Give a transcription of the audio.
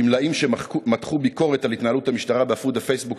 גמלאים שמתחו ביקורת על התנהלות המשטרה בעמוד הפייסבוק